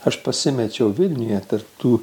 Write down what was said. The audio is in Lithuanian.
aš pasimečiau vilniuje tarp tų